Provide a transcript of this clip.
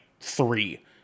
three